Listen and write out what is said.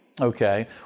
Okay